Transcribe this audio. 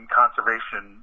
conservation